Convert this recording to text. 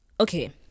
okay